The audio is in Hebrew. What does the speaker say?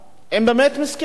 באמת קשה להם.